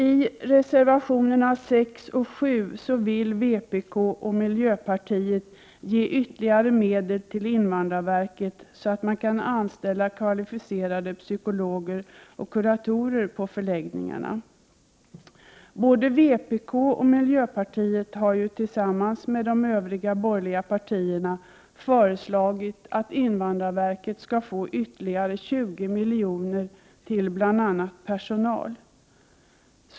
I reservationerna nr 6 och 7 vill vpk och miljöpartiet ge ytterligare medel till invandrarverket så att kvalificerade psykologer och kuratorer kan anställas på förläggningarna. Både vpk och miljöpartiet har tillsammans med de borgerliga partierna föreslagit att invandrarverket skall få ytterligare 20 miljoner till bl.a. personal.